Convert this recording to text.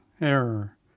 error